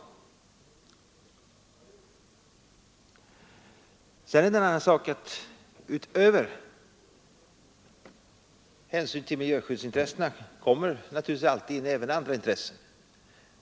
Sedan är det en annan sak att det utöver miljöskyddsintressena naturligtvis alltid kommer in andra intressen.